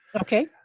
Okay